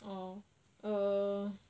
err